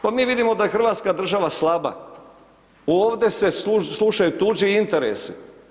Pa mi vidimo da je Hrvatska država slaba, ovdje se slušaju tuđi interesi.